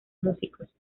músicos